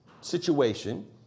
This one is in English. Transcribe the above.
situation